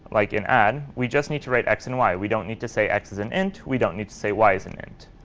like in add, we just need to write x and y. we don't need to say x is an int. we don't need to say y is an int.